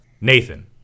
Nathan